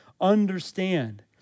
understand